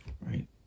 right